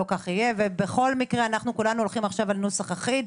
לא כך יהיה ואנו הולכים על נוסח אחיד,